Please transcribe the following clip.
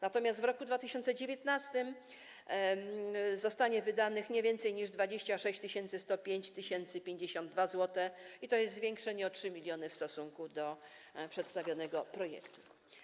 Natomiast w roku 2019 zostanie wydanych nie więcej niż 26 105 052 zł, tj. zwiększenie o 3 mln w stosunku do przedstawionego projektu.